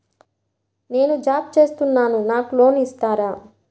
నేను జాబ్ చేస్తున్నాను నాకు లోన్ ఇస్తారా?